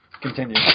Continue